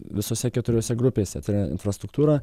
visose keturiose grupėse tai yra infrastruktūra